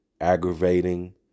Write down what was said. aggravating